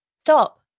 Stop